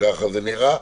ככה זה נראה.